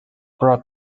brought